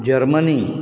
Germany